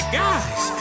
guys